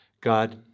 God